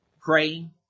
praying